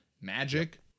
magic